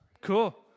Cool